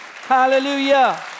hallelujah